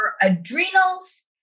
adrenals